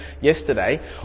yesterday